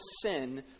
sin